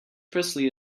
presley